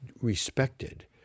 respected